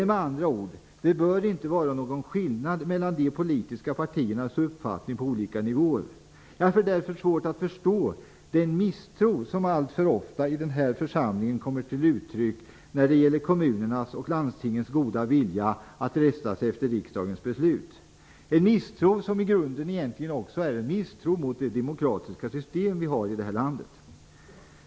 Med andra ord bör det inte vara någon skillnad mellan de politiska partiernas uppfattning på olika nivåer. Jag har därför svårt att förstå den misstro som alltför ofta kommer till uttryck i den här församlingen när det gäller kommunernas och landstingens goda vilja att rätta sig efter riksdagens beslut. Det är en misstro som i grunden egentligen också är en misstro mot det demokratiska system vi har i det här landet.